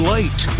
Light